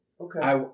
Okay